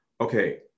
okay